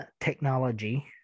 technology